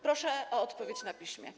Proszę o odpowiedź na piśmie.